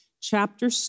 chapter